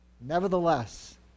nevertheless